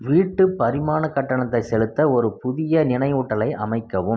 வீட்டுப் பரிமாண கட்டணத்தை செலுத்த ஒரு புதிய நினைவூட்டலை அமைக்கவும்